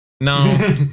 No